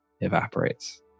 evaporates